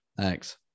thanks